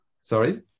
Sorry